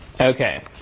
Okay